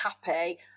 happy